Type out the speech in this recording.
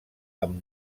amb